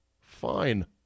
fine